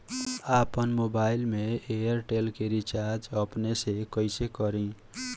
आपन मोबाइल में एयरटेल के रिचार्ज अपने से कइसे करि?